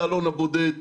באלון הבודד.